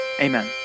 Amen